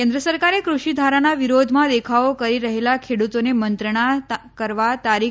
કેન્દ્ર સરકારે ક્રષિ ધારાના વિરોધમાં દેખાવો કરી રહેલા ખેડૂતોને મંત્રણા કરવા તારીખ